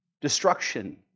destruction